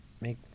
make